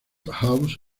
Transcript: house